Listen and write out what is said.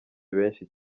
benshi